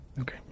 Okay